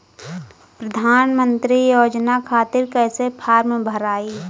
प्रधानमंत्री योजना खातिर कैसे फार्म भराई?